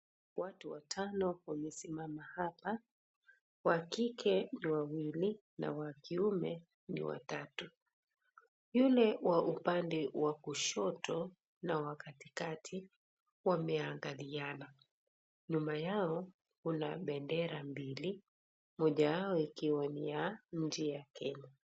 Watu watano wamesimama hapa, wa kike ni wawili na wa kiume ni watatu, yule wa upande wa kushoto na wa katikati wameangaliana, nyuma yao kuna bendera mbili moja yao ikiwa ni ya nchi ya Kenya.